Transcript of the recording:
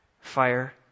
fire